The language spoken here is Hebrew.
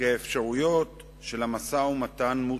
שהאפשרויות של המשא-ומתן מוצו.